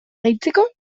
gehitzeko